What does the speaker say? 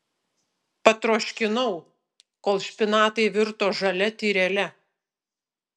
patroškinau kol špinatai virto žalia tyrele